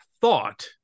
thought